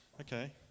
okay